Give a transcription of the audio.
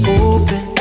open